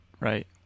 right